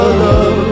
love